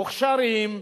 מוכשרים,